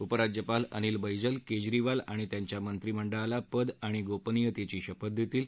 उप राज्यपाल अनिल बैजल केजरीवाल आणि त्यांच्या मत्रिमंडळाला पद आणि गोपनियतेची शपथ देतील